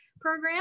program